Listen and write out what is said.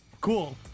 Cool